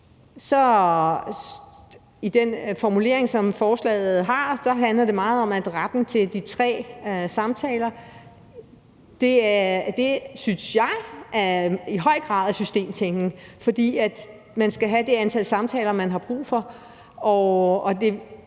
I den formulering, som forslaget har, synes jeg, at det med retten til tre samtaler i høj grad er systemtænkning, for man skal have det antal samtaler, man har brug for.